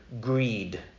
greed